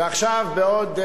ועכשיו, בעוד,